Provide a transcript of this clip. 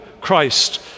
Christ